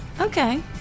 Okay